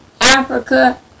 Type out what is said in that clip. Africa